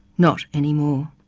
not any more.